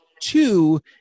two